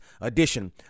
edition